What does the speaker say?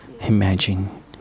Imagine